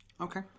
Okay